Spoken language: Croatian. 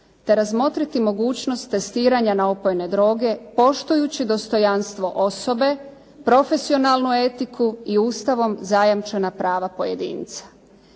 te razmotriti mogućnost testiranja na opojne droge poštujući dostojanstvo osobe, profesionalnu etiku i Ustavom zajamčena prava pojedinca.